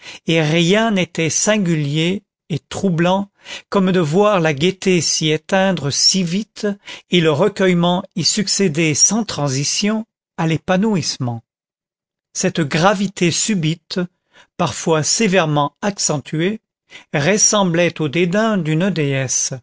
et rien n'était singulier et troublant comme de voir la gaîté s'y éteindre si vite et le recueillement y succéder sans transition à l'épanouissement cette gravité subite parfois sévèrement accentuée ressemblait au dédain d'une